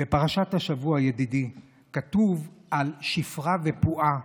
בפרשת השבוע, ידידי, כתוב על שפרה ופועה,